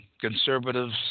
Conservatives